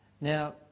Now